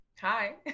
Hi